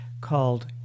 called